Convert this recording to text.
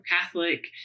catholic